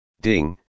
Ding